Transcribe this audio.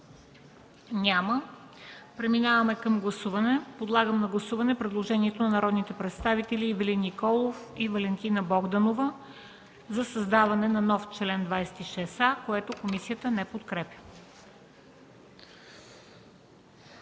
за изказвания? Няма. Подлагам на гласуване предложението на народните представители Ивелин Николов и Валентина Богданова за създаване на нов чл. 26а, което комисията не подкрепя.